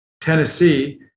Tennessee